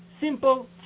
simple